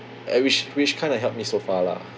uh which which kind of help me so far lah